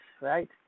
right